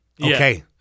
Okay